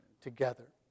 together